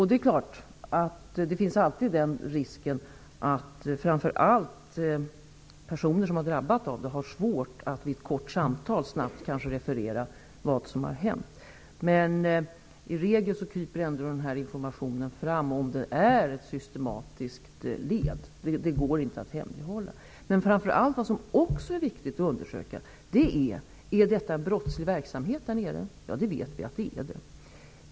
Det är klart att det alltid finns en risk att framför allt personer som har drabbats har svårt att vid ett kort samtal snabbt referera vad som har hänt. Men i regel kryper ändå informationen fram om övergreppen är ett systematiskt led. Det går inte att hemlighålla. Det är också viktigt att undersöka om dessa övergrepp är en brottslig verksamhet där nere. Det vet vi att de är.